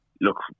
look